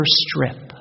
strip